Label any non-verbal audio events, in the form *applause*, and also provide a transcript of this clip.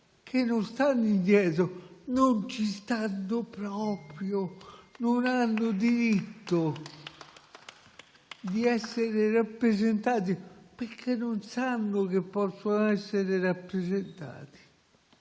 che non stanno indietro, non ci stanno proprio, *applause* non hanno diritto di essere rappresentati perché non sanno che possono essere rappresentati.